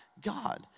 God